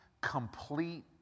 complete